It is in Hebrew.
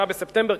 עד 8 בספטמבר,